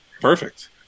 Perfect